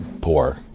poor